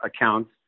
accounts